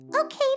Okay